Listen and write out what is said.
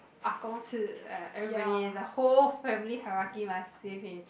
ah-gong 吃 uh everybody the whole family hierarchy must say finish